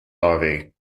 larvae